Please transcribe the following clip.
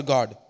God